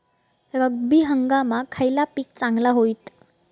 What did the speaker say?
रब्बी हंगामाक खयला पीक चांगला होईत?